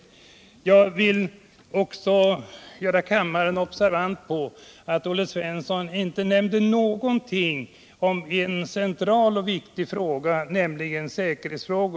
Jag vill också göra kammaren observant på att Olle Svensson inte nämnde någonting om en central och viktig fråga, nämligen säkerhetsfrågan.